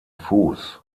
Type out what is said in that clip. fuß